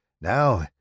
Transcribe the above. Now